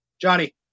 Johnny